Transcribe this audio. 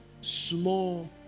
small